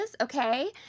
okay